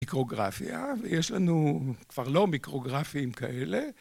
מיקרוגרפיה, ויש לנו כבר לא מיקרוגרפים כאלה.